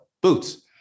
Boots